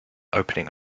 opening